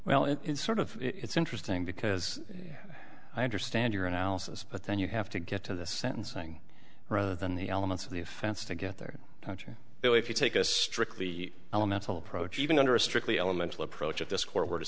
well in sort of it's interesting because i understand your analysis but then you have to get to the sentencing rather than the elements of the offense to get their country though if you take a strictly elemental approach even under a strictly elemental approach of this court were to